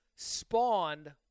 spawned